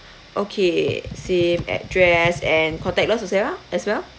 okay same address and contactless as well ah as well